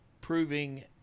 proving